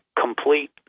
complete